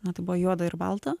na tai buvo juoda ir balta